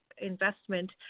investment